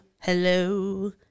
hello